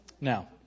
Now